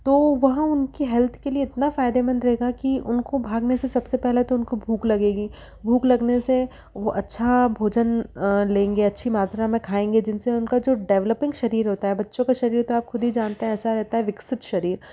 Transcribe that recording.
तो वह उनके हेल्थ के लिए इतना फायदेमंद रहेगा कि उनको भागने से सबसे पहले तो उनको भूख लगेगी भूख लगने से वो अच्छा भोजन लेंगे अच्छी मात्रा में खाएँगे जिनसे उनका जो डेवलपिंग शरीर होता है बच्चों का शरीर तो आप खुद ही जानते हैं ऐसा रहता है विकसित शरीर